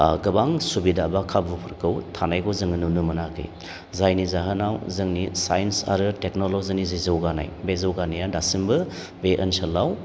ओ गोबां सुबिदा बा खाबुफोरखौ थानायखौ जोङो नुनो मोनाखै जायनि जाहोनाव जोंनि साइन्स आरो टेक्नलजिनि जे जौगानाय बे जौगानाया दासिमबो बे ओनसोलाव